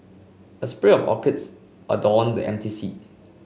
a spray of orchids adorned the empty seat